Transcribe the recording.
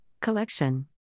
Collection